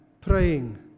praying